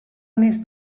més